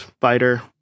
fighter